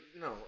No